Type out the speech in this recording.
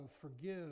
forgive